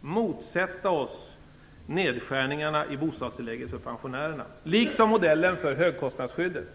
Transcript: motsätta oss nedskärningarna i bostadstillägget för pensionärerna, liksom modellen för högkostnadsskyddet.